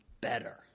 better